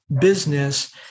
business